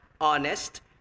honest